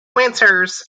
winters